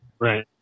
Right